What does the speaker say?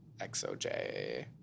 XOJ